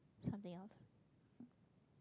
something else